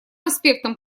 аспектом